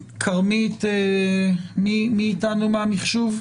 מי איתנו מהמחשוב?